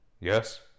Yes